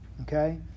okay